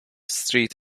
street